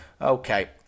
okay